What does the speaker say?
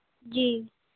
जी